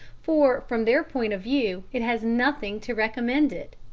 for from their point of view it has nothing to recommend it.